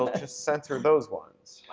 we'll just censor those ones.